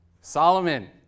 Solomon